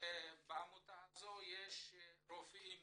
שבעמותה הזו יש רופאים